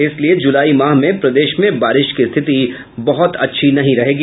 इसलिये जुलाई माह में प्रदेश में बारिश की स्थिति बहुत अच्छी नहीं रहेगी